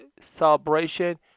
celebration